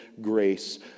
grace